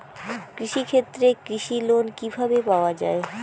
কৃষি ক্ষেত্রে কৃষি লোন কিভাবে পাওয়া য়ায়?